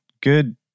good